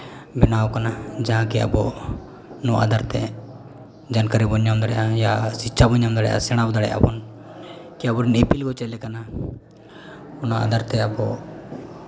ᱵᱮᱱᱟᱣ ᱠᱟᱱᱟ ᱡᱟᱦᱟᱸᱜᱮ ᱟᱵᱚ ᱱᱚᱣᱟ ᱟᱫᱷᱟᱨ ᱛᱮ ᱡᱟᱱᱠᱟᱨᱤ ᱵᱚᱱ ᱧᱟᱢ ᱫᱟᱲᱮᱭᱟᱜᱼᱟ ᱭᱟ ᱥᱤᱪᱪᱷᱟ ᱵᱚᱱ ᱧᱟᱢ ᱫᱟᱲᱮᱭᱟᱜᱼᱟ ᱭᱟ ᱥᱮᱬᱟ ᱫᱟᱲᱮᱭᱟᱜᱼᱟ ᱵᱚᱱ ᱚᱱᱟ ᱟᱫᱷᱟᱨ ᱛᱮ ᱟᱵᱚ